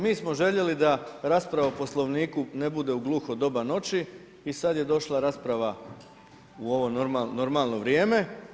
Mi smo željeli da rasprava o Poslovniku ne bude u gluho doba noći i sad je došla rasprava u ovo normalno vrijeme.